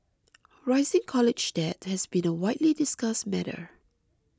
rising college debt has been a widely discussed matter